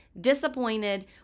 disappointed